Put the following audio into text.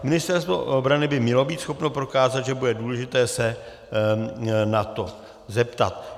Ministerstvo obrany by mělo být schopno prokázat, že bude důležité se na to zeptat.